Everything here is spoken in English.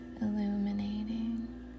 illuminating